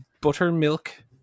buttermilk